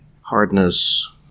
hardness